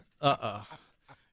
Uh-oh